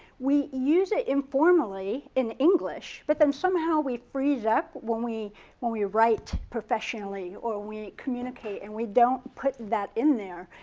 we use it informally in english, but then somehow we free it up when we when we write professionally or we communicate and we don't put that in there.